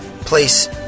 place